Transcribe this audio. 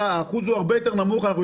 לכן